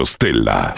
Stella